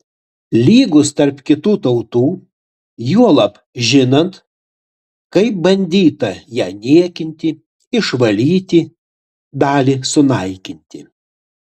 lygūs tarp kitų tautų juolab žinant kaip bandyta ją niekinti išvalyti dalį sunaikinti